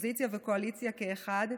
אופוזיציה וקואליציה כאחד,